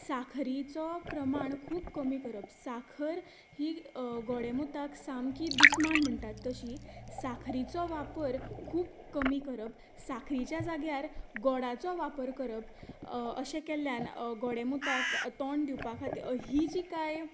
साखरीचो प्रमाण खूब कमी करप साखर ही गोडे मुतांक सामकीं दुस्मान म्हणटा तशीं साखरिचो वापर खूब कमी करप साखरिच्या जाग्यार गोडाचो वापर करप अशें केल्ल्यान गोडे मुतांक तोंड दिवपा खातीर ही जी कांय